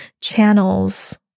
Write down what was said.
channels